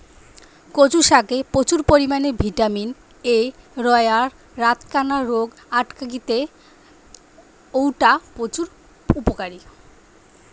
কচু শাকে প্রচুর পরিমাণে ভিটামিন এ রয়ায় রাতকানা রোগ আটকিতে অউটা প্রচুর উপকারী